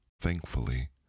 thankfully